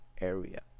area